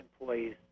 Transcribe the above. employees